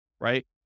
right